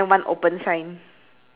the ice-cream is green and grey right